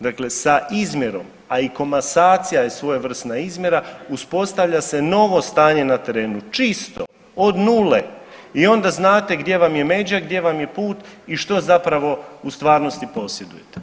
Dakle, sa izmjerom, a i komasacija je svojevrsna izmjera uspostavlja se novo stanje na terenu, čisto od nule i onda znate gdje vam je međa, gdje vam je put i što zapravo u stvarnosti posjedujete.